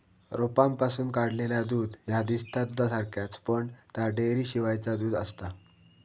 रोपांपासून काढलेला दूध ह्या दिसता दुधासारख्याच, पण ता डेअरीशिवायचा दूध आसता